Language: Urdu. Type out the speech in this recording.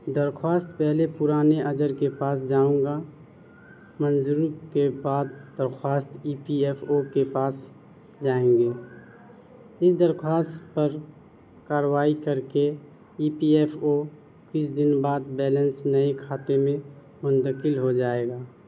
درخواست پہلے پرانے اجر کے پاس جاؤں گا منظوری کے بعد درخواست ای پی ایف او کے پاس جائیں گے اس درخواست پر کارروائی کر کے ای پی ایف او کچھ دن بعد بیلنس نئے کھاتے میں منتقل ہو جائے گا